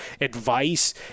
advice